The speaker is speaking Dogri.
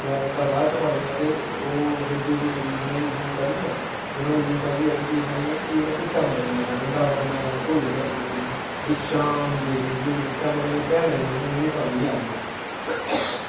त्रै तंदां बाद च पानियां ते ओह् जनेऊ शेऊ पाइयै जनेऊ शेऊ पाइयै ते फ्ही उनें फ्ही उनें भिक्षा मंगने जाना डंडा पकड़ना कन्नै झोल्ली पकड़नी पीली भिक्षाम देही फ्ही उनें भैनें उनें पकड़ियै आह्नना